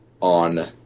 on